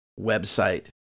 website